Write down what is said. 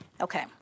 Okay